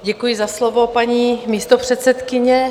Děkuji za slovo, paní místopředsedkyně.